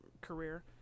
career